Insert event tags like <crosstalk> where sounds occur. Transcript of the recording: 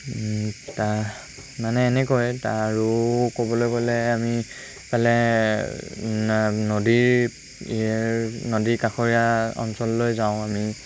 <unintelligible> মানে এনেকৈ তা আৰু ক'বলৈ গ'লে আমি ইফালে নদীৰ <unintelligible> নদী কাষৰীয়া অঞ্চললৈ যাওঁ আমি